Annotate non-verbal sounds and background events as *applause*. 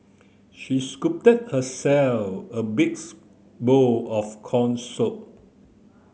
she scooped herself a big *unintelligible* bowl of corn soup